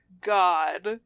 God